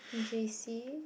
j_c